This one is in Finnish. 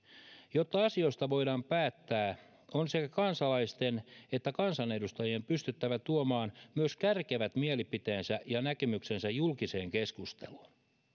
jotta asioista voidaan päättää on sekä kansalaisten että kansanedustajien pystyttävä tuomaan myös kärkevät mielipiteensä ja näkemyksensä julkiseen keskusteluun